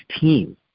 team